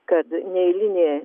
kad neeilinė